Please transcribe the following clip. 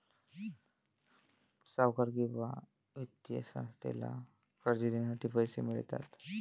सावकार किंवा वित्तीय संस्थेला कर्ज देण्यासाठी पैसे मिळतात